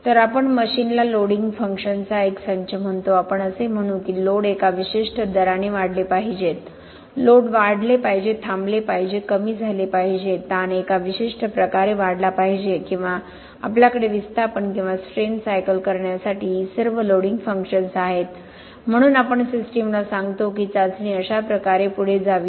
तर आपण मशीनला लोडिंग फंक्शन्सचा एक संच म्हणतो आपण असे म्हणू की लोड एका विशिष्ट दराने वाढले पाहिजेत लोड वाढले पाहिजे थांबले पाहिजे कमी झाले पाहिजे ताण एका विशिष्ट प्रकारे वाढला पाहिजे किंवा आपल्याकडे विस्थापन किंवा स्ट्रेन सायकल करण्यासाठी ही सर्व लोडिंग फंक्शन्स आहेत म्हणून आपण सिस्टमला सांगतो की चाचणी अशा प्रकारे पुढे जावी